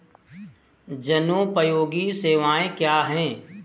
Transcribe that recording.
जनोपयोगी सेवाएँ क्या हैं?